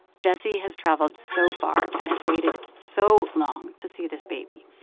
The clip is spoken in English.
jessie has traveled so far and has waited so long to see this baby,